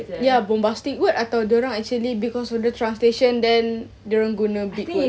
ya bombastic words atau dorang actually because of the translation then dorang guna big words